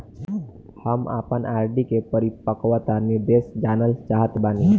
हम आपन आर.डी के परिपक्वता निर्देश जानल चाहत बानी